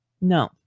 No